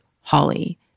HOLLY